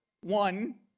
one